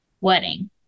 wedding